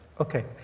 Okay